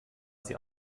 sie